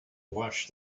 watched